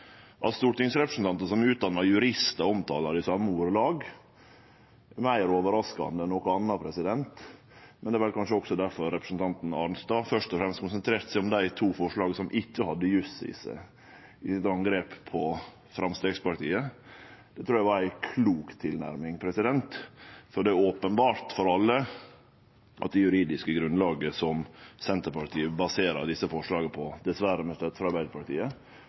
At stortingsrepresentantar som er utdanna juristar, omtalar det i same ordelag, er meir overraskande enn noko anna. Det er vel kanskje difor representanten Arnstad først og fremst konsentrerte seg om dei to forslaga som ikkje hadde jus i seg, i eit angrep på Framstegspartiet. Eg trur det var ei klok tilnærming. Det er openbert for alle at det juridiske grunnlaget som Senterpartiet baserer desse forslaga på, dessverre med støtte frå Arbeidarpartiet,